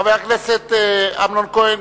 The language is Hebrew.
חבר הכנסת אמנון כהן,